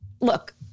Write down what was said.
look